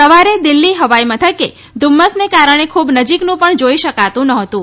સવારે દિલ્હી હવાઈ મથકે ધુમ્મસને કારણે ખૂબ નજીકનું પણ જોઈ શકાતું નહીતું